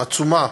עצומה,